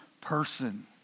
person